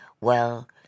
Well